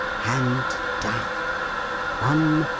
hand down one.